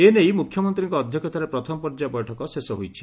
ଏନେଇ ମୁଖ୍ୟମନ୍ତୀଙ୍କ ଅଧ୍ଧକ୍ଷତାରେ ପ୍ରଥମ ପର୍ଯ୍ୟାୟ ବୈଠକ ଶେଷ ହୋଇଛି